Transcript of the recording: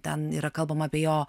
ten yra kalbama apie jo